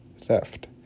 Theft